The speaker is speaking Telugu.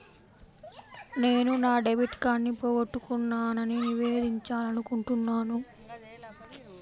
నేను నా డెబిట్ కార్డ్ని పోగొట్టుకున్నాని నివేదించాలనుకుంటున్నాను